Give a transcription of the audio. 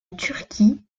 turquie